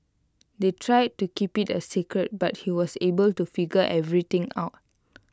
they tried to keep IT A secret but he was able to figure everything out